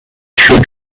should